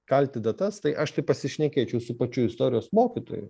kalti datas tai aš tai pasišnekėčiau su pačiu istorijos mokytoju